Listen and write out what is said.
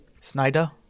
Snyder